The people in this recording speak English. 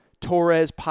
Torres